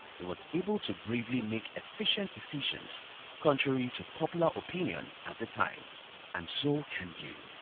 he was able to bravely make efficient decisions contrary to popular opinion at the time and so can you.